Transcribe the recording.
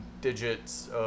digits